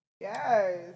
Yes